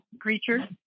creature